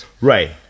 Right